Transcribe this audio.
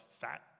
fat